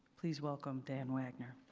please welcome, dan wagner.